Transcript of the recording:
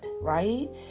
right